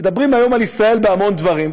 מדברים על ישראל בהמון דברים,